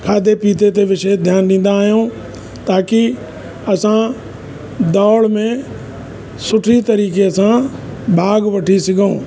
खाधे पीते ते विशेष ध्यानु ॾींदा आहियूं ताकी असां दौड़ में सुठी तरीक़े सां भागु वठी सघूं